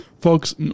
folks